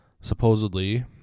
supposedly